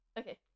okay